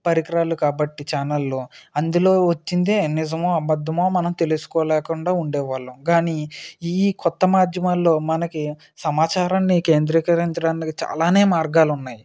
పరికరాలు కాబట్టి చానల్లో అందులో వచ్చిందే నిజమో అబద్దమో మనం తెలుసుకో లేకుండా ఉండే వాళ్ళం కానీ ఈ కొత్త మాధ్యమాలలో మనకి సమాచారాన్ని కేంద్రీకరించడానికి చాలా మార్గాలు ఉన్నాయి